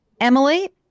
Emily